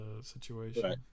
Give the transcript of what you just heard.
situation